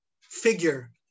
figure